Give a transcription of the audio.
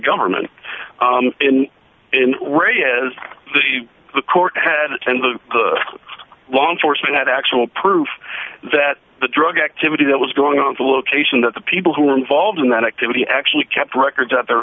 government in re as the court and the law enforcement had actual proof that the drug activity that was going on the location that the people who were involved in that activity actually kept records of their